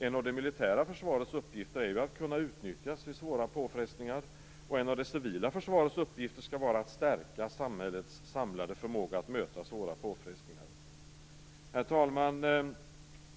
En av det militära försvarets uppgifter är att kunna utnyttjas vid svåra påfrestningar, och en av det civila försvarets uppgifter skall vara att stärka samhällets samlade förmåga att möta svåra påfrestningar. Herr talman!